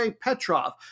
Petrov